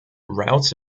routes